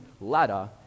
ladder